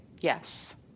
Yes